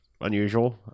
unusual